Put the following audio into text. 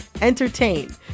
entertain